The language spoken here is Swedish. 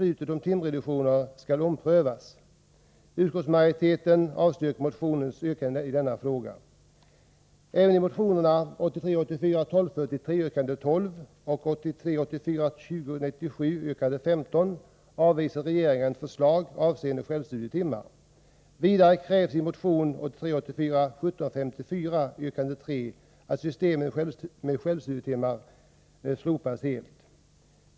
Utskottsmajoriteten finner inga skäl att tillstyrka nämnda motioner utan avstyrker dem.